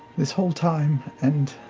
this whole time, and